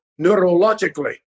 neurologically